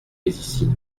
ici